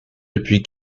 depuis